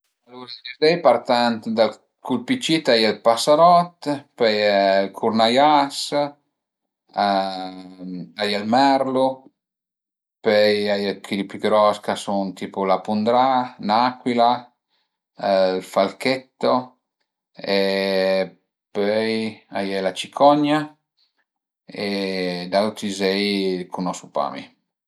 I üzei partant da cul pi cit a ie ël pasarot, pöi ël curnaias a ie ël merlu, pöi a ie chi li pi gros ch'a sun tipu la pundrà, l'acuila, ël falchetto e pöi a ie la cicogna e d'auti üzei cunosu pa mi